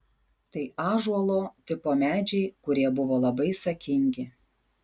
tai ąžuolo tipo medžiai kurie buvo labai sakingi